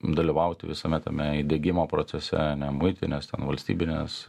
dalyvauti visame tame įdiegimo procese ane muitinės ten valstybinės